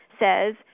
says